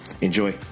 Enjoy